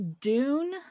dune